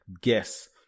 guess